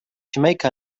jamaica